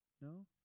no